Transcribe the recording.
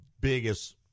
biggest